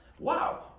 Wow